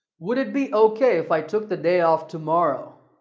would it be okay if i took the day off tomorrow?